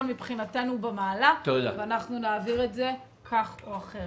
במעלה מבחינתנו ואנחנו נעביר את זה כך או אחרת.